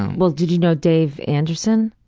well did you know dave anderson?